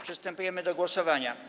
Przystępujemy do głosowania.